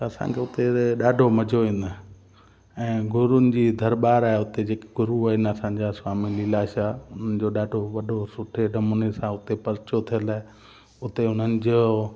त असांखे उते ॾाढो मज़ो ईंदो आहे ऐं गुरुनि जी दरॿारि आहे उते जेकी गुरू आहिनि असांजा स्वामी लीलाशाह उन जो ॾाढो वॾो सुठे नमूने सां उते पर्चो ठहियलु आहे उते उन्हनि जो